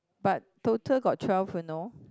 but total got twelve you know